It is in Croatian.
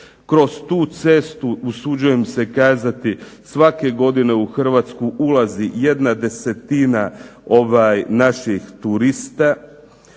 Kroz tu cestu, usuđujem se kazati, svake godine u Hrvatsku ulazi 1/10 naših turista.